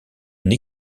une